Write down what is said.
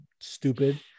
stupid